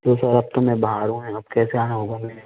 इस वक्त तो मैं बाहर हूँ अब कैसे आना होगा मेरा